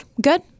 Good